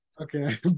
Okay